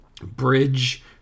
Bridge